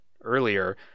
earlier